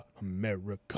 America